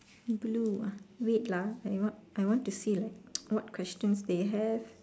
blue ah wait lah I want I want to see like what questions they have